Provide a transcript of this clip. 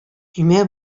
көймә